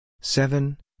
seven